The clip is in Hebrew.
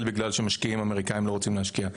בגלל שמשקיעים אמריקאיים לא רוצים להשקיע.